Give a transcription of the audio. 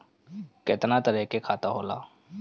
केतना तरह के खाता होला?